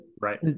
right